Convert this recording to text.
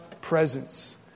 presence